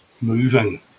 moving